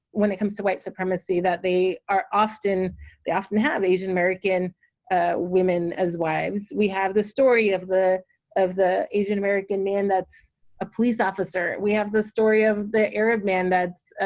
when it comes to white supremacy, that they are often they often have asian american women as wives, we have the story of the of the asian american man that's a police officer, we have the story of the arab man that's